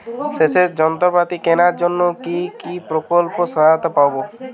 সেচের যন্ত্রপাতি কেনার জন্য কি প্রকল্পে সহায়তা পাব?